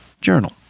journal